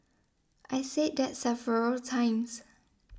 I said that several times